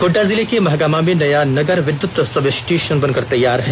गोड्डा जिले के महागामा में नया नगर विद्युत सबस्टेशन बनकर तैयार है